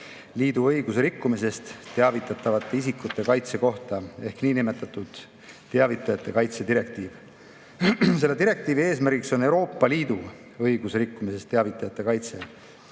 liidu õiguse rikkumisest teavitavate isikute kaitse kohta ehk niinimetatud teavitajate kaitse direktiiv. Selle direktiivi eesmärk on Euroopa Liidu õiguse rikkumisest teavitajate kaitse.